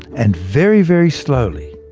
and very, very slowly,